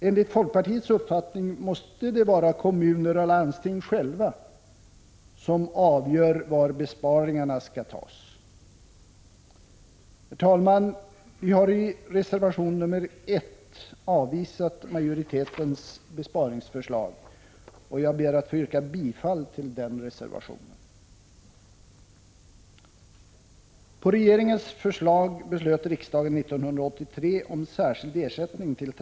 Enligt folkpartiets uppfattning måste det vara kommuner och landsting själva som avgör var besparingarna skall göras. Herr talman! Vi har i reservation nr 1 avvisat majoritetens besparingsförslag, och jag ber att få yrka bifall till den reservationen. På regeringens förslag beslöt riksdagen 1983 om särskild ersättning till Prot.